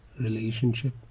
relationship